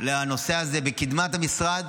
לנושא הזה בקדמת המשרד